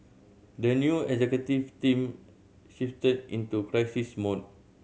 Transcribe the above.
the new executive team shifted into crisis mode